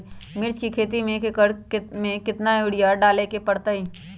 मिर्च के खेती में एक एकर में कितना यूरिया डाले के परतई?